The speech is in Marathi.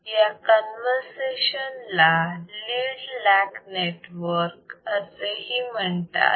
या कन्वर्सेशन ला लीड लॅग नेटवर्क असेही म्हणतात